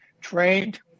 trained